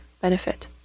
benefit